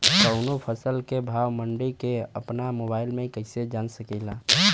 कवनो फसल के भाव मंडी के अपना मोबाइल से कइसे जान सकीला?